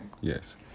Yes